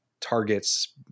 targets